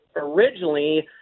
originally